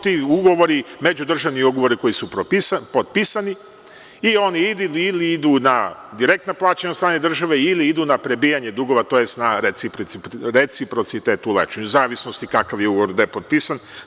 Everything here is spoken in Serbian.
To su ti međudržavni ugovori koji su potpisani i oni ili idu na direktna plaćanja od strane države ili idu na prebijanje dugova, tj. na reciprocitet u lečenju, u zavisnosti kakav je ugovor gde potpisan.